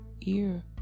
ear